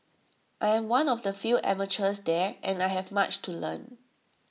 I am one of the few amateurs there and I have much to learn